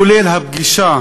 כולל הפגישה